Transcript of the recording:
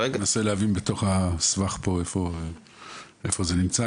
אני מנסה להבין בתוך הסבך פה איפה זה נמצא,